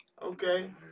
Okay